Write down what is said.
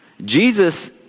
Jesus